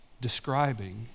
describing